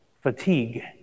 fatigue